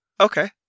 Okay